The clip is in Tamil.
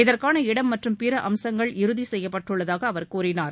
இதற்கான இடம் மற்றும் பிற அம்சங்கள் இறுதி செய்யப்பட்டுள்ளதாக அவர் கூறினார்